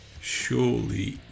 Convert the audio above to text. Surely